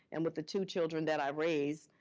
and with the two children that i raised,